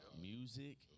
music